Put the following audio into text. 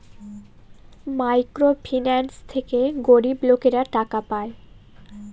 micro finance থেকে গরিব লোকেরা টাকা পায়